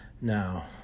Now